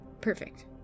perfect